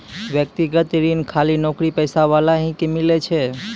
व्यक्तिगत ऋण खाली नौकरीपेशा वाला ही के मिलै छै?